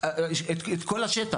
את כל השטח.